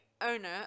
owner